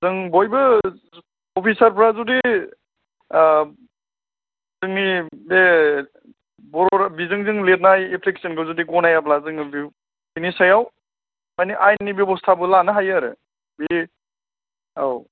जों बयबो अफिसारफोरा जुदि जोंनि जे बर बिजोंजों लिरनाय एप्लिकेसनखौ जुदि गनायाब्ला जोङो बेनि सायाव माने आयेननि बेब'स्थाबो लानो हायो आरो बे औ